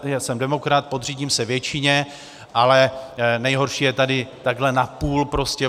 Já jsem demokrat, podřídím se většině, ale nejhorší je tady takhle napůl prostě.